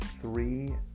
three